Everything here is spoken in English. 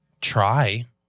try